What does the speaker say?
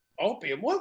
Opium